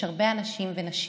יש הרבה אנשים ונשים,